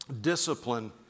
discipline